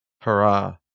Hurrah